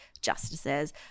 justices